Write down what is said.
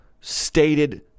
stated